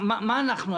מה אנחנו?